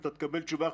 נעשה טיוב משמעותי,